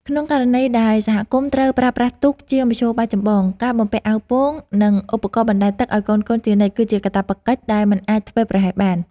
ក្នុងករណីដែលសហគមន៍ត្រូវប្រើប្រាស់ទូកជាមធ្យោបាយចម្បង ការបំពាក់អាវពោង ឬឧបករណ៍បណ្តែតទឹកឱ្យកូនៗជានិច្ចគឺជាកាតព្វកិច្ចដែលមិនអាចធ្វេសប្រហែសបាន។